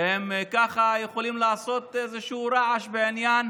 שהם ככה יכולים לעשות איזשהו רעש בעניין